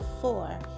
four